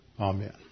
Amen